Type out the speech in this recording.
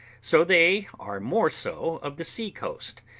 so they are more so of the sea-coast,